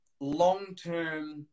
long-term